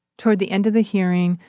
toward the end of the hearing,